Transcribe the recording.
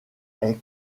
est